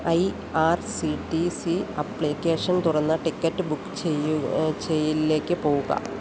I R C T C application തുറന്ന് ticket book ചെയ്യലിലേക്ക് പോകുക